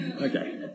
Okay